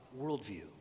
worldview